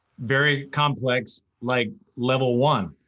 very complex, like level one.